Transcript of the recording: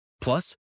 Plus